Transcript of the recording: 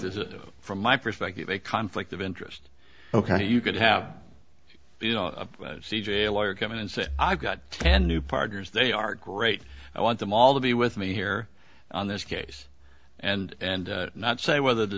is from my perspective a conflict of interest ok you could have you know c j a lawyer come in and say i've got ten new partners they are great i want them all to be with me here on this case and not say whether the